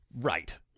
right